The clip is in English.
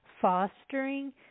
fostering